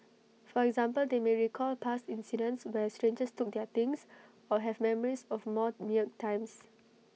for example they may recall past incidents where strangers took their things or have memories of more meagre times